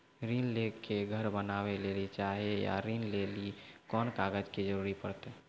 ऋण ले के घर बनावे लेली चाहे या ऋण लेली कोन कागज के जरूरी परतै?